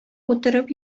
утырып